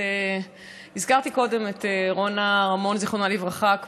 על אחריות שנה לשיפוצים.